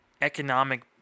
economic